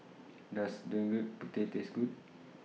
Does Gudeg Putih Taste Good